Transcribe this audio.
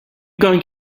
going